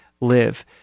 live